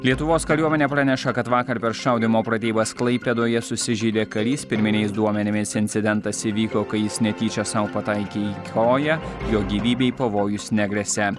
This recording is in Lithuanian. lietuvos kariuomenė praneša kad vakar per šaudymo pratybas klaipėdoje susižeidė karys pirminiais duomenimis incidentas įvyko kai jis netyčia sau pataikė į koją jo gyvybei pavojus negresia